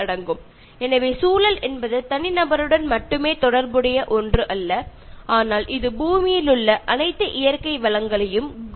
അതുകൊണ്ട് നമ്മുടെ ചുറ്റുപാട് എന്ന് പറയുന്നത് മനുഷ്യരുടെ മാത്രമല്ല പ്രകൃതിദത്തമായ ജീവനുള്ളവയെ എല്ലാം കൂടി ചേർത്തു കൊണ്ടാണ് സൂചിപ്പിക്കുന്നത്